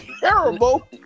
terrible